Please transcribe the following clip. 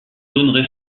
zones